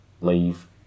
leave